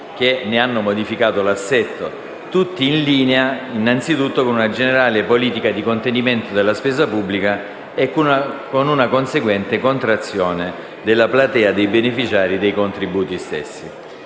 che ne hanno modificato l'assetto, tutti in linea con una generale politica di contenimento della spesa pubblica e con una conseguente contrazione della platea dei beneficiari dei contributi stessi.